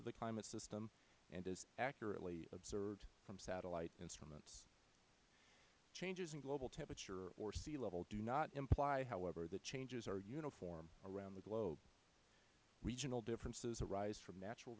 of the climate system and is accurately observed from satellite instruments changes in global temperature or sea level do not imply however that changes are uniform around the globe regional differences arise from natural